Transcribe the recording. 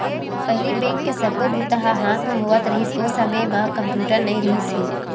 पहिली बेंक के सब्बो बूता ह हाथ म होवत रिहिस, ओ समे म कम्प्यूटर नइ रिहिस हे